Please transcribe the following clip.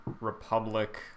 republic